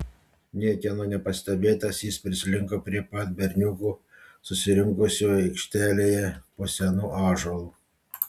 niekieno nepastebėtas jis prislinko prie pat berniukų susirinkusių aikštelėje po senu ąžuolu